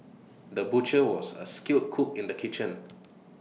the butcher was A skilled cook in the kitchen